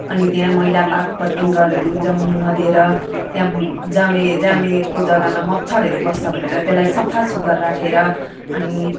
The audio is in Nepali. अनि त्यहाँ मैला पात पतिङ्गरहरू जम्न नदिएर त्यहाँ जामे जाम्मिएको जगामा मच्छरहरू बस्छ भनेर त्यसलाई सफा सुग्घर राखेर अनि